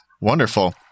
Wonderful